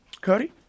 Cody